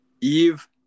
Eve